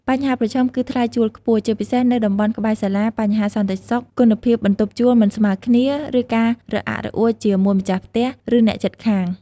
បញ្ហាប្រឈមគឺថ្លៃជួលខ្ពស់ ជាពិសេសនៅតំបន់ក្បែរសាលា បញ្ហាសន្តិសុខ គុណភាពបន្ទប់ជួលមិនស្មើគ្នា និងការរអាក់រអួលជាមួយម្ចាស់ផ្ទះ ឬអ្នកជិតខាង។